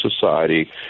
society